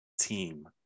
team